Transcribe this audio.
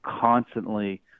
constantly